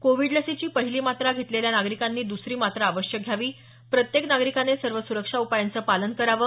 Covid लसीची पहिली मात्रा घेतलेल्या नागरिकांनी दसरी मात्रा अवश्य घ्यावी प्रत्येक नागरिकाने सर्व सुरक्षा उपायांचं पालन करावं